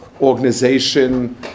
organization